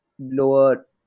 lower